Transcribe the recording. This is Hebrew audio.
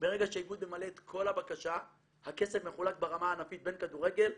ברגע שהאיגוד ממלא את כל הבקשה הכסף מחולק ברמה הענפית בין כדורגל,